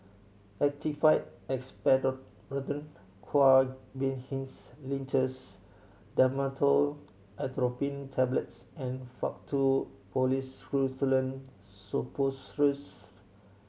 Actified Expectorant Guaiphenesin Linctus Dhamotil Atropine Tablets and Faktu Policresulen Suppositories